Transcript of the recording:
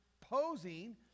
posing